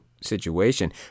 situation